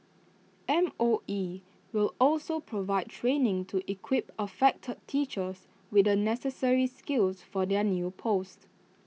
M O E will also provide training to equip affected teachers with the necessary skills for their new posts